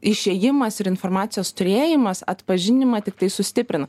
išėjimas ir informacijos turėjimas atpažinimą tiktai sustiprin